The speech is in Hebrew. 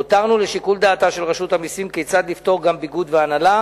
הותרנו לשיקול דעתה של רשות המסים כיצד לפטור גם ביגוד והנעלה,